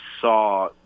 saw